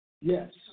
Yes